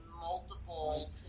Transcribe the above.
multiple